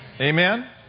Amen